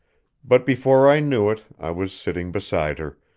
but before i knew it i was sitting beside her,